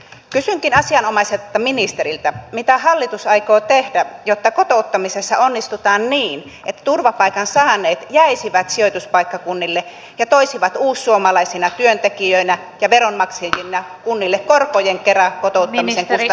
kysynkin asianomaiselta ministeriltä mitä hallitus aikoo tehdä jotta kotouttamisessa onnistutaan niin että turvapaikan saaneet jäisivät sijoituspaikkakunnille ja toisivat uussuomalaisina työntekijöinä ja veronmaksajina kunnille korkojen kera kotouttamisen kustannukset takaisin